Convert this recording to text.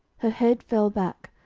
her head fell back,